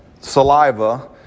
saliva